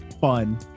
Fun